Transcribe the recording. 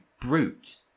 brute-